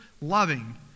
loving